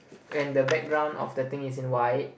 and the background of the thing is in white